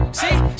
see